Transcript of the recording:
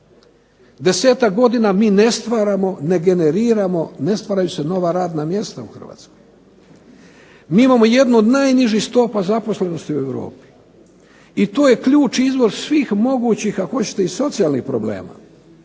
10-ak godina mi ne stvaramo, ne generiramo, ne stvaraju se nova radna mjesta u Hrvatskoj. Mi imamo jednu od najnižih stopa zaposlenosti u Europi i to je ključ i izvor svih mogućih ako hoćete i socijalnih problema.